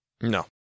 No